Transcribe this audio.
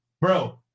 Bro